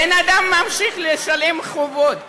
הבן-אדם ממשיך לשלם חובות.